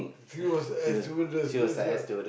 she was air stewardess that's what